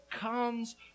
comes